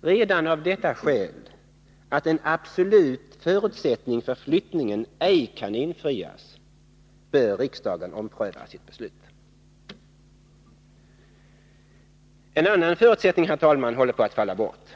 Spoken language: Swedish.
Redan av detta skäl, att en absolut förutsättning för flyttningen ej kan infrias, bör riksdagen ompröva sitt beslut. En annan förutsättning håller på att falla bort.